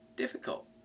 difficult